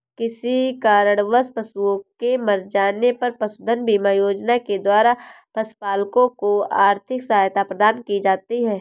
किसी कारणवश पशुओं के मर जाने पर पशुधन बीमा योजना के द्वारा पशुपालकों को आर्थिक सहायता प्रदान की जाती है